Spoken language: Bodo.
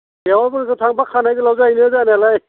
बेवाइफोरजों थाङोबा खानाय गोलाव जायोलै जानायालाय